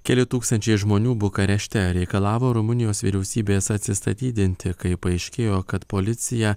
keli tūkstančiai žmonių bukarešte reikalavo rumunijos vyriausybės atsistatydinti kai paaiškėjo kad policija